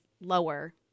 lower